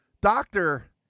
doctor